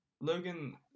Logan